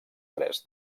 tres